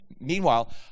meanwhile